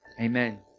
Amen